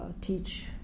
teach